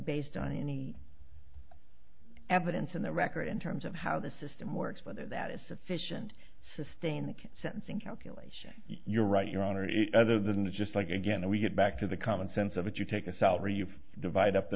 based on any evidence in the record in terms of how the system works whether that is sufficient sustain the sentencing calculation you're right your honor other than it's just like again we get back to the common sense of it you take a salary you divide up the